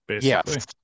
yes